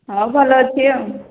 ହଉ ଭଲ ଅଛି ଆଉ